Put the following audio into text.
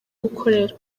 gukorera